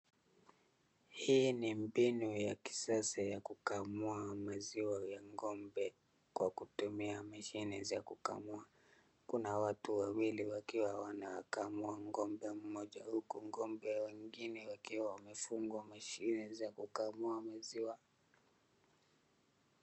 Hii ni mbinu ya kisasa ya kukamua maziwa ya ng'ombe kwa kutumia mashine za kukamua. Kuna watu wawili wakiwa wanakamua ng'ombe moja hku ng'ombe wengine wakiwa wamefungwa mashine za kukamua maziwa.